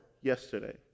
yesterday